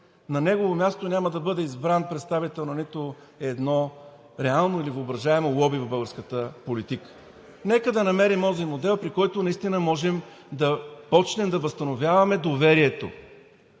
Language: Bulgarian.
на негово място няма да бъде избран представител на нито едно реално или въображаемо лоби в българската политика. Нека да намерим онзи модел, при който наистина можем да започнем да възстановяваме доверието